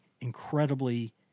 incredibly